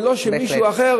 ולא שמישהו אחר